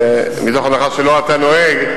מתוך הנחה שלא אתה נוהג,